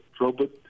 Robert